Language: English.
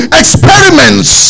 experiments